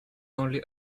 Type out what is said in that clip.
only